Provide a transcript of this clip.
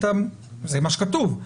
זה מה שכתוב.